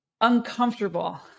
uncomfortable